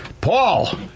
Paul